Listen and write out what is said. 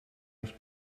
els